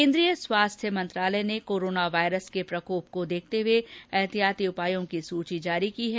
केन्द्रीय स्वास्थ्य मंत्रालय ने कोरोना वायरस के प्रकोप को देखते हुए एहतिहाती उपायों की सूची जारी की है